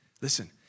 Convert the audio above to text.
Listen